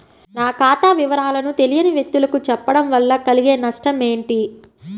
నా ఖాతా వివరాలను తెలియని వ్యక్తులకు చెప్పడం వల్ల కలిగే నష్టమేంటి?